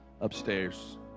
upstairs